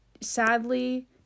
sadly